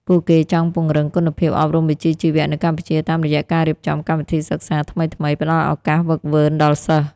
ពួកគេចង់ពង្រឹងគុណភាពអប់រំវិជ្ជាជីវៈនៅកម្ពុជា តាមរយៈការរៀបចំកម្មវិធីសិក្សាថ្មីៗ ផ្តល់ឱកាសហ្វឹកហ្វឺនដល់សិស្ស។